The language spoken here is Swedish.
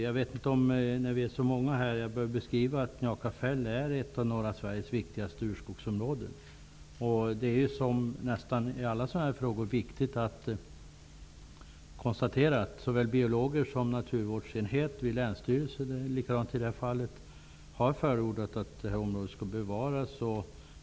När vi är så många frågeställare skall jag bara kort nämna att Njakafjäll är ett av norra Sveriges viktigaste urskogsområden. Som i nästan alla sådana här frågor har även i det här fallet såväl biologer som naturvårdsenhet vid länsstyrelse förordat att området skall bevaras.